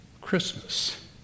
Christmas